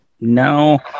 no